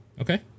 Okay